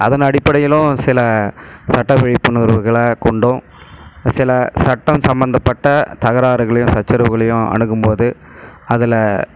அதன் அடிப்படையிலும் சில சட்ட விழிப்புணர்வுகளை கொண்டும் சில சட்டம் சம்பந்தப்பட்ட தகராறுகளையும் சச்சரவுகளையும் அணுகும்போது அதில்